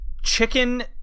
Chicken